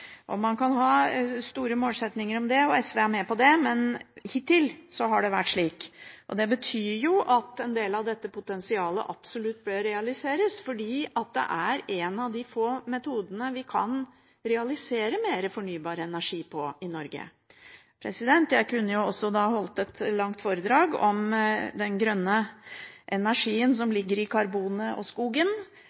det, men hittil har det vært slik. Det betyr at en del av dette potensialet absolutt bør realiseres, for det er en av de få metodene vi har for å realisere mer fornybar energi i Norge. Jeg kunne holdt et langt foredrag om den grønne energien som ligger i karbonet og i skogen.